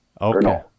Okay